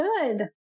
Good